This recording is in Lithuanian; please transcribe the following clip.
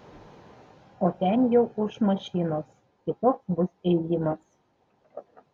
o ten jau ūš mašinos kitoks bus ėjimas